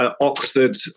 Oxford